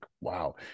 wow